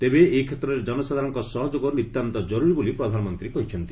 ତେବେ ଏ କ୍ଷେତ୍ରରେ ଜନସାଧାରଣଙ୍କ ସହଯୋଗ ନିତାନ୍ତ କରୁରୀ ବୋଲି ପ୍ରଧାନମନ୍ତ୍ରୀ କହିଛନ୍ତି